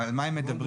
על מה הם מדברים?